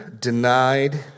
denied